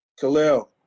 Khalil